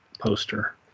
poster